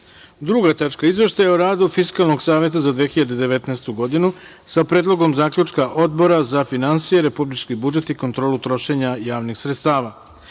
reda - Izveštaj o radu Fiskalnog saveta za 2019. godinu sa Predlogom zaključka Odbora za finansije, republički budžet i kontrolu trošenja javnih sredstava. Stavljam